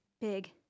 big